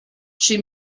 she